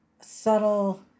subtle